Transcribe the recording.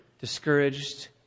discouraged